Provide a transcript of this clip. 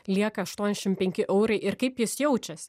lieka aštuoniasšim penki eurai ir kaip jis jaučias